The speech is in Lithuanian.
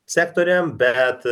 sektoriam bet